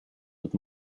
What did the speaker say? with